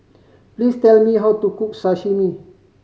please tell me how to cook Sashimi